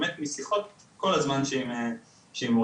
משיחות עם מורים,